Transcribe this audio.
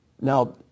Now